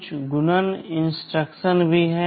कुछ गुणन इंस्ट्रक्शन भी हैं